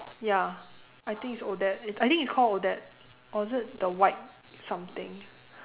ya I think it's Odette I think it's called Odette or is it the white something